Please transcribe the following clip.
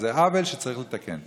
זה עוול שצריך לתקן.